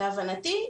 להבנתי,